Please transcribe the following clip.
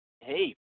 Hey